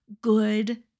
good